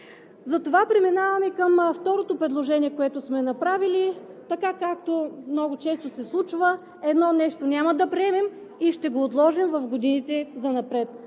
Затова преминавам към второто предложение, което сме направили. Както много често се случва, едно нещо няма да приемем и ще го отложим в годините занапред.